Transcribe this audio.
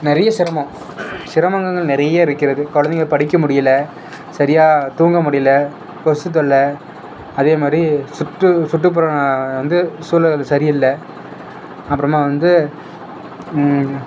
நிறைய சிரமம் சிரமங்கங்கள் நிறைய இருக்கிறது கொழந்தைங்க படிக்க முடியலை சரியாக தூங்கமுடியலை கொசு தொல்ல அதேமாதிரி சுற்று சுற்றுப்புறம் வந்து சூழ்நில வந்து சரியில்லை அப்புறமா வந்து